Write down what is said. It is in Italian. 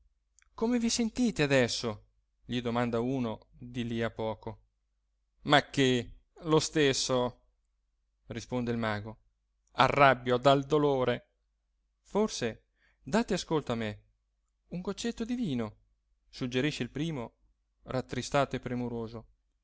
come vi sentite adesso gli domanda uno di lì a poco ma che lo stesso risponde il mago arrabbio dal dolore forse date ascolto a me un goccetto di vino suggerisce il primo rattristato e premuroso